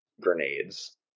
grenades